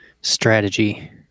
strategy